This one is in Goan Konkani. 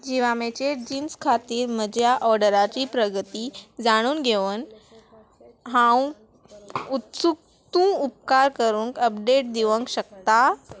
जिवामेचेर जिन्स खातीर म्हज्या ऑर्डराची प्रगती जाणून घेवन हांव उत्सूक तूं उपकार करूंक अपडेट दिवंक शकता